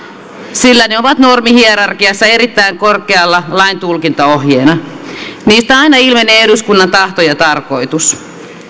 sillä ne ovat normihierarkiassa erittäin korkealla lain tulkintaohjeina niistä aina ilmenee eduskunnan tahto ja tarkoitus